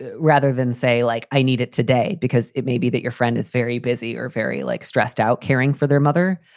rather than say like i need it today, because it may be that your friend is very busy or very, like, stressed out caring for their mother.